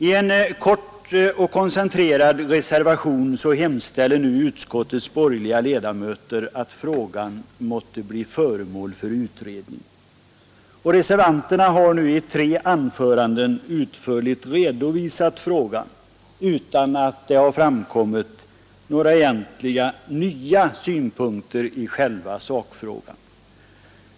I en kort och koncentrerad reservation hemställer nu utskottets borgerliga ledamöter att frågan måtte bli föremål för utredning, och reservanterna har i tre anföranden här utförligt redovisat ärendet utan att det framkommit några egentligen nya synpunkter i själva sakfrågan.